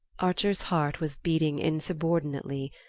archer's heart was beating insubordinately.